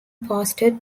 posted